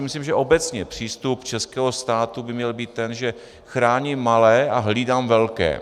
Myslím si, že obecně přístup českého státu by měl být ten, že chráním malé a hlídám velké.